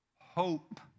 hope